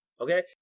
Okay